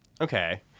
Okay